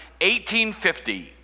1850